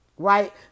Right